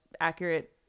accurate